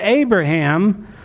Abraham